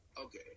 Okay